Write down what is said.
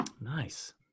nice